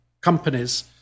companies